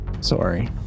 Sorry